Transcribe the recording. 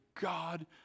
God